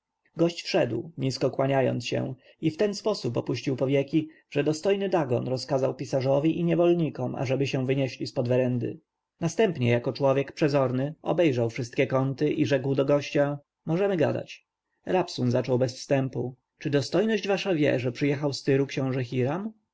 gość wszedł nisko kłaniając się i w ten sposób opuścił powieki że dostojny dagon rozkazał pisarzowi i niewolnikom ażeby się wynieśli z pod werendy następnie jako człowiek przezorny obejrzał wszystkie kąty i rzekł do gościa możemy gadać rabsun zaczął bez wstępu czy dostojność wasza wie że przyjechał z tyru książę